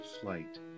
flight